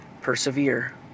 persevere